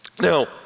Now